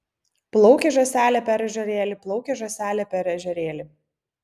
plaukė žąselė per ežerėlį plaukė žąselė per ežerėlį